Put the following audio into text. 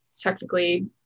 technically